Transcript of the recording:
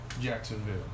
Jacksonville